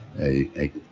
a,